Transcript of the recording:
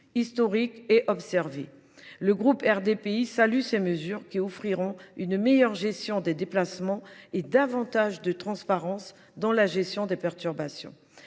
historiques et observées. Le groupe RDPI salue ces mesures, qui permettront une meilleure gestion des déplacements et davantage de transparence dans la gestion des perturbations.